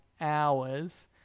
hours